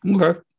Okay